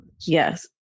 Yes